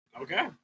okay